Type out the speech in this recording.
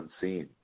unseen